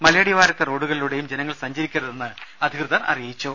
മലയടിവാരത്തെ റോഡുകളിലൂടെയും ജനങ്ങൾ സഞ്ചരിക്കരുതെന്ന് അധികൃതർ അറിയിച്ചു